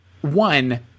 one